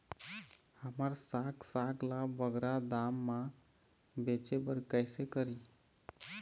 हमर साग साग ला बगरा दाम मा बेचे बर कइसे करी?